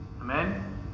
Amen